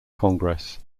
congress